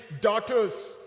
daughters